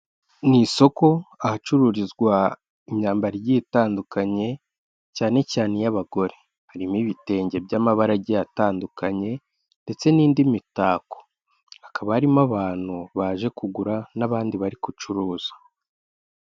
Mu isoko ahacururizwa imyambaro igiye itandukanye cyane cyane iy'abagore. Harimo ibitenge by'amabara agiye atandukanye ndetse n'indi mitako. Hakaba harimo abantu baje kugura n'abandi bari gucuruza.